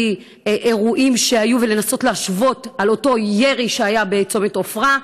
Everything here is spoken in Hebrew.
אירועים שהיו ולנסות להשוות לאותו ירי שהיה בצומת עפרה.